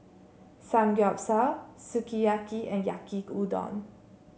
Samgeyopsal Sukiyaki and Yaki Udon